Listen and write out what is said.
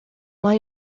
más